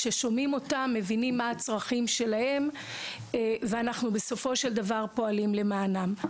כששומעים אותם מבינים מה הצרכים שלהם ואנחנו בסופו של דבר פועלים למענם.